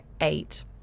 eight